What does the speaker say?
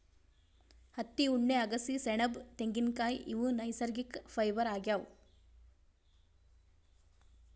ಹತ್ತಿ ಉಣ್ಣೆ ಅಗಸಿ ಸೆಣಬ್ ತೆಂಗಿನ್ಕಾಯ್ ಇವ್ ನೈಸರ್ಗಿಕ್ ಫೈಬರ್ ಆಗ್ಯಾವ್